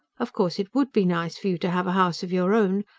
of course it would be nice for you to have a house of your own.